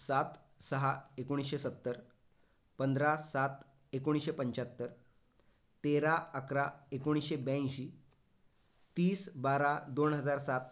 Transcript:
सात सहा एकोणीसशे सत्तर पंधरा सात एकोणीसशे पंच्याहत्तर तेरा अकरा एकोणीसशे ब्याऐंशी तीस बारा दोन हजार सात